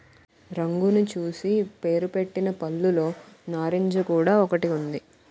రంగును చూసి పేరుపెట్టిన పళ్ళులో నారింజ కూడా ఒకటి ఉంది